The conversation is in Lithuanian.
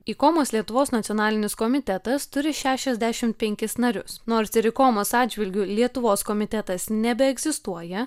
ikomos lietuvos nacionalinis komitetas turi šešiasdešimt penkis narius nors ir ikomos atžvilgiu lietuvos komitetas nebeegzistuoja